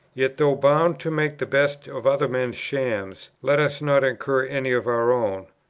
yet, though bound to make the best of other men's shams, let us not incur any of our own.